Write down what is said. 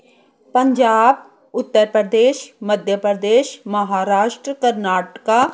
Punjab Uttar Pradesh Madhya Pradesh Maharashtra Karnataka